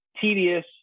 tedious